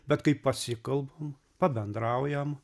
bet kai pasikalbam pabendraujam